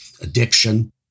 addiction